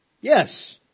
Yes